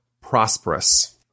prosperous